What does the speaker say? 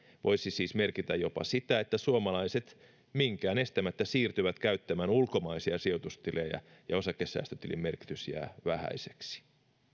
voisi siis merkitä jopa sitä että suomalaiset minkään estämättä siirtyvät käyttämään ulkomaisia sijoitustilejä ja osakesäästötilin merkitys jää vähäiseksi